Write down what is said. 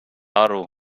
aru